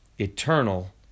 eternal